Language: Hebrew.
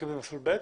ב'.